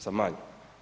Za manju.